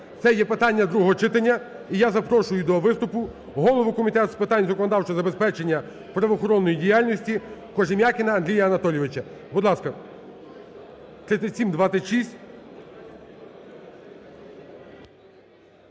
Це є питання другого читання, і я запрошую до виступу голова Комітету з питань законодавчого забезпечення правоохоронної діяльності Кожем’якіна Андрій Анатолійович. Будь ласка.